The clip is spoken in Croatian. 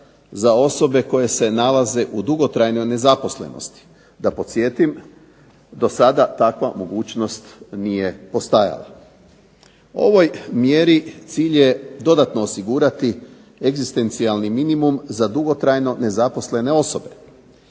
za osobe koje se nalaze u dugotrajnoj nezaposlenosti. Da podsjetim do sada takva mogućnost nije postajala. Ovoj mjeri cilj je dodatno osigurati egzistencijalni minimum za dugotrajno nezaposlene osobe,